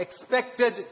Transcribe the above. expected